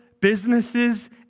businesses